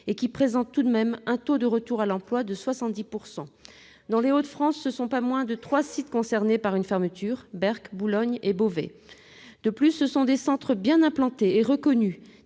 permet tout de même un taux de retour à l'emploi de 70 %. Dans les Hauts-de-France, ce ne sont pas moins de trois sites qui sont concernés par une fermeture : Berck-sur-mer, Boulogne-sur-mer et Beauvais. De plus, ce sont des centres bien implantés et reconnus,